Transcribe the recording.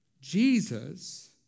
Jesus